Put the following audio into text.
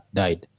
died